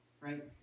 right